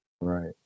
right